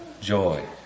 joy